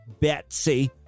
Betsy